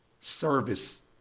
service